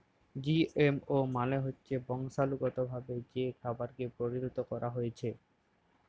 GMO মালে হচ্যে বংশালুগতভাবে যে খাবারকে পরিলত ক্যরা হ্যয়েছে